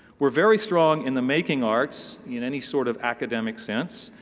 we're very strong in the making arts. in any sort of academic sense.